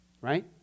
right